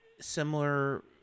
similar